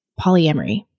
polyamory